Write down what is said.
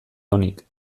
onik